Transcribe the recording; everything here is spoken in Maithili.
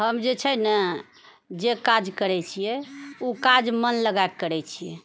हम जे छै ने जे काज करै छियै उ काज मन लगा कऽ करै छी